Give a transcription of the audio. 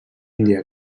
índia